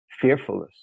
fearfulness